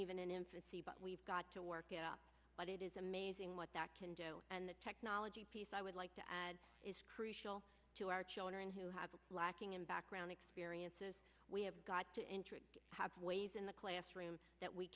even in infancy but we've got to work it out but it is amazing what that can do and the technology piece i would like to add is crucial to our children who have been lacking in background experiences we have got to have ways in the classroom that we